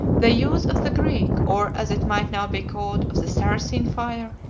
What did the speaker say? the use of the greek, or, as it might now be called, of the saracen fire,